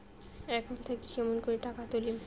Account থাকি কেমন করি টাকা তুলিম?